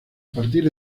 partir